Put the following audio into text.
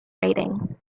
rating